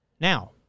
Now